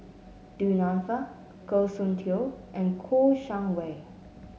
Du Nanfa Goh Soon Tioe and Kouo Shang Wei